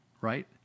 right